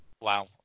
wow